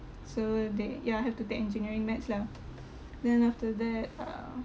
so they ya have to take engineering maths lah then after that uh